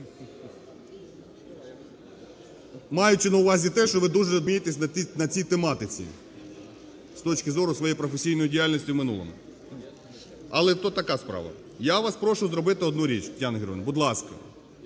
Маючи на увазі те, що ви дуже добре розумієтесь на цій тематиці з точки зору своєї професійної діяльності в минулому. Але то така справа. Я вас прошу зробити одну річ, Тетяна Георгіївна. Будь ласка,